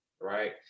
right